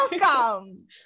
Welcome